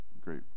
Great